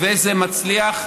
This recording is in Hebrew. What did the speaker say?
זה מצליח,